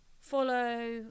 follow